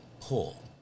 pull